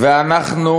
ואנחנו